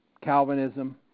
Calvinism